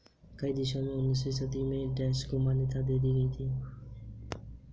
कई देशों ने उन्नीसवीं सदी में ही चेक को औपचारिक मान्यता दे दी